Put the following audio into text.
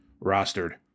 rostered